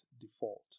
default